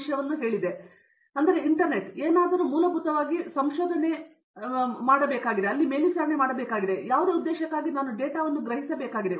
ವಿಷಯಗಳ ಇಂಟರ್ನೆಟ್ ನಾನು ಏನಾದರೂ ಮೂಲಭೂತವಾಗಿ ಸಂಶೋಧನೆ ಮೇಲ್ವಿಚಾರಣೆ ಮಾಡಬೇಕಾಗಿದೆ ಅದು ಇರಬಹುದಾದ ಯಾವುದೇ ಉದ್ದೇಶಕ್ಕಾಗಿ ನಾನು ಡೇಟಾವನ್ನು ಗ್ರಹಿಸಬೇಕಾಗಿದೆ